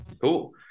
Cool